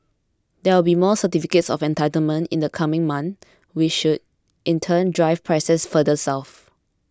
there will be more certificates of entitlement in the coming months which should in turn drive prices further south